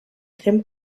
tren